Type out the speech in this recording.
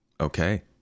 Okay